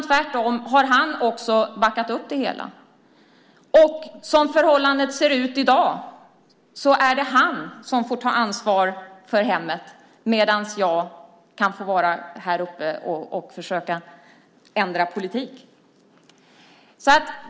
Tvärtom har han också backat upp det hela. Och som förhållandet ser ut i dag är det han som får ta ansvar för hemmet medan jag kan få vara här uppe och försöka ändra politiken.